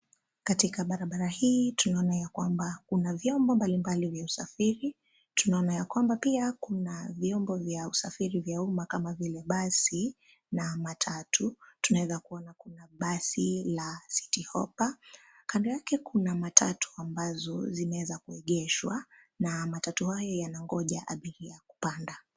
Katika barabara hii tunaona ya kwamba kuna vyombo mbalimbali vya usafiri. Tunaona ya kwamba pia kuna vyombo vya usafiri vya umma kama vile basi na matatu. Tunaeza kuona kuna basi la citi hopa, kando yake kuna matatu ambazo zimeweza kuegeshwa, na matatu haya yanangoja abiria kupanda.